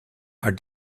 are